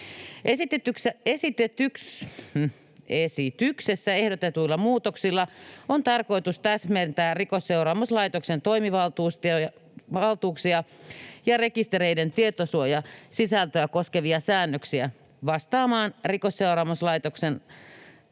Esityksessä ehdotetuilla muutoksilla on tarkoitus täsmentää Rikosseuraamuslaitoksen toimivaltuuksia ja rekistereiden tietosuojasisältöä koskevia säännöksiä vastaamaan Rikosseuraamuslaitoksen laissa